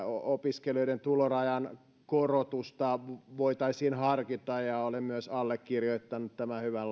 opiskelijoiden tulorajan korotusta voitaisiin harkita ja olen myös allekirjoittanut tämän hyvän